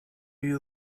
you